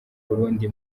burundi